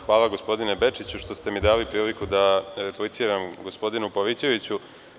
Hvala, gospodine Bečiću, što ste mi dali priliku da repliciram gospodinu Pavićeviću.